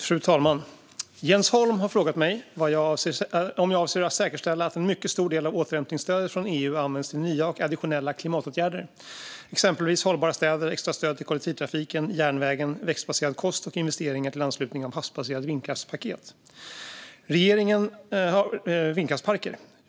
Fru talman! Jens Holm har frågat mig om jag avser att säkerställa att en mycket stor del av återhämtningsstödet från EU används till nya och additionella klimatåtgärder, exempelvis hållbara städer, extra stöd till kollektivtrafiken, järnvägen, växtbaserad kost och investeringar till anslutning av havsbaserade vindkraftsparker.